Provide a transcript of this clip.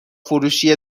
فروشی